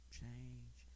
change